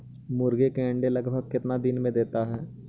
मुर्गी के अंडे लगभग कितना देता है?